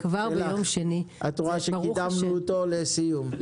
את רואה שקידמנו אותו לסיום.